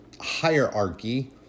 hierarchy